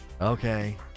okay